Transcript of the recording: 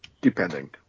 depending